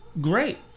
great